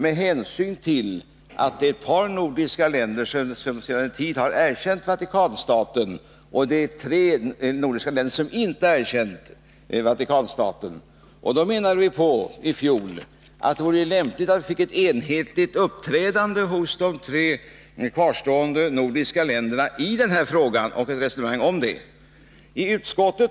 Ett par nordiska länder erkänner nämligen Vatikanstaten, medan tre nordiska länder inte gör det. Vi menade i fjol att det vore lämpligt om de tre nordiska länder som inte erkänt Vatikanstaten kunde föra ett resonemang om den här frågan och komma fram till ett enhetligt uppträdande.